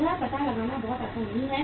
यह पता लगाना बहुत आसान नहीं है